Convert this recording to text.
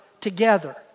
together